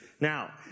Now